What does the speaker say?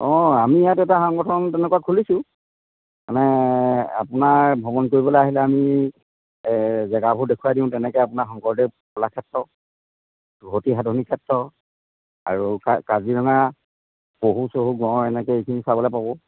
অঁ আমি ইয়াত এটা সংগঠন তেনেকুৱা খুলিছোঁ মানে আপোনাৰ ভ্ৰমণ কৰিবলৈ আহিলে আমি জেগাবোৰ দেখুৱাই দিওঁ তেনেকৈ আপোনাৰ শংকৰদেৱ কলাক্ষেত্ৰ সতী সাধনী ক্ষেত্ৰ আৰু কা কাজিৰঙা পহু চহু গঁড় এনেকে এইখিনি চাবলৈ পাব